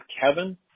Kevin